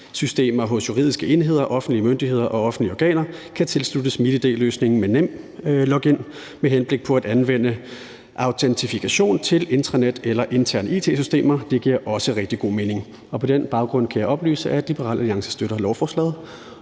it-systemer hos juridiske enheder, offentlige myndigheder og offentlige organer kan tilsluttes MitID-løsningen med NemLog-in med henblik på at anvende autentifikation til intranet eller interne it-systemer. Det giver også rigtig god mening. På den baggrund kan jeg oplyse, at Liberal Alliance støtter lovforslaget.